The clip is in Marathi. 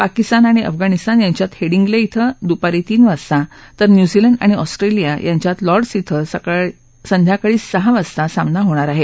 पाकिस्तान आणि अफगाणिस्तान यांच्यात हेडिंग्ले इथं दूपारी तीन वाजता तर न्युझीलंड आणि ऑस्ट्रेलिया यांच्यात लॉर्डस इथं संध्याकाळी सहा वाजता सामना होणार आहे